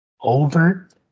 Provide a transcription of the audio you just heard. overt